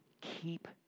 Keep